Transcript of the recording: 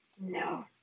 No